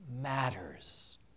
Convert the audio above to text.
matters